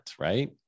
right